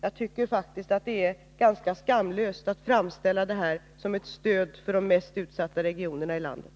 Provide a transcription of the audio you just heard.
Det är faktiskt ganska skamlöst att framställa detta som ett stöd för de mest utsatta regionerna i landet.